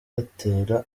kubatera